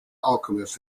alchemist